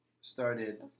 started